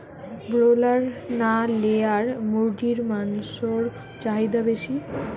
Broiler না layer মুরগির মাংসর চাহিদা বেশি?